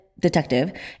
detective